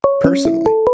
personally